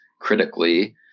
critically